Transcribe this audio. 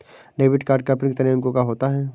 Debit card का PIN कितने अंकों का होता है?